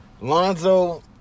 Lonzo